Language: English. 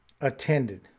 attended